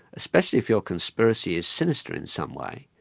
especially if your conspiracy is sinister in some way,